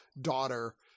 daughter